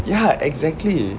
ya exactly